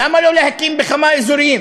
למה לא להקים בכמה אזורים